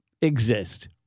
exist